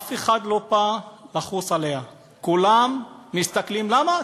אף אחד לא בא לחוס עליה, כולם מסתכלים, למה?